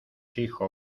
hijo